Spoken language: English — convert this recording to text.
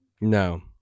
No